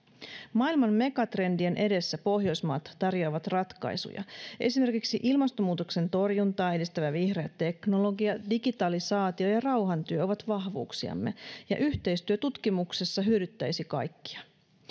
maailman megatrendien edessä pohjoismaat tarjoavat ratkaisuja esimerkiksi ilmastonmuutoksen torjuntaa edistävä vihreä teknologia digitalisaatio ja rauhantyö ovat vahvuuksiamme ja yhteistyö tutkimuksessa hyödyttäisi kaikkia